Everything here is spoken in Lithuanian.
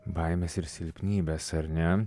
baimes ir silpnybes ar ne